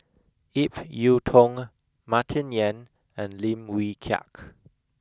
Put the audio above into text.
Ip Yiu Tung Martin Yan and Lim Wee Kiak